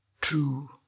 true